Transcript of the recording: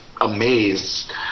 amazed